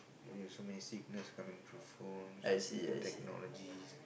uh so many sickness coming through phones technologies